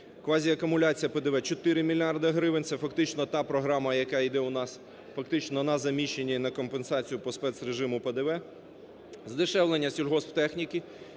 квазіакумуляція ПДВ – 4 мільярди гривень, це фактично та програма, яка йде у нас фактично на заміщення і на компенсацію по спецрежиму ПДВ. Здешевлення сільгосптехніки